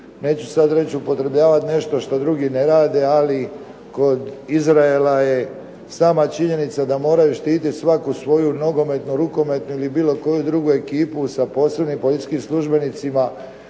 neću sad reći, upotrebljavati nešto što drugi ne rade, ali kod Izraela je sama činjenica da moraju štititi svaku svoju nogometnu, rukometnu ili bilo koju drugu ekipu sa posebnim policijskim službenicima,